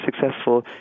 successful